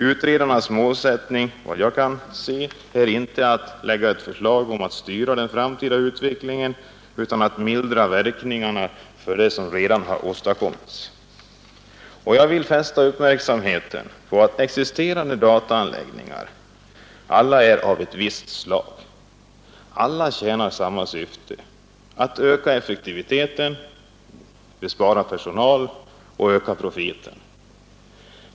Utredarnas målsättning är — vad jag kan se — inte att lägga fram ett förslag om att styra den framtida utvecklingen utan endast att mildra verkningarna av det som redan åstadkommits. Jag vill fästa uppmärksamheten på att alla existerande dataanläggningar är av ett visst slag, alla tjänar samma syfte — att öka effektiviteten, spara personal och öka profiten.